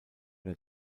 der